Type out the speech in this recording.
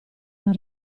una